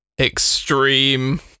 extreme